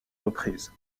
reprises